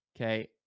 okay